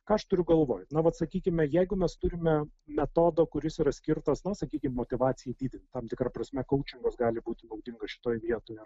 ką aš turiu galvoj na vat sakykime jeigu mes turime metodą kuris yra skirtas na sakykim motyvacijai didinti tam tikra prasme kaučingas gali būti naudingas šitoje vietoje